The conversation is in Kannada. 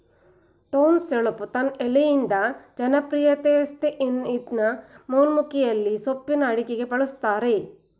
ಟೋಸ್ಸಸೆಣಬು ತನ್ ಎಲೆಯಿಂದ ಜನಪ್ರಿಯತೆಗಳಸಯ್ತೇ ಇದ್ನ ಮೊಲೋಖಿಯದಲ್ಲಿ ಸೊಪ್ಪಿನ ಅಡುಗೆಗೆ ಬಳುಸ್ತರೆ